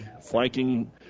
flanking